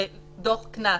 לצורך העניין,